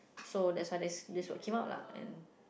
so that's why that this word came out lah and